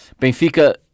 Benfica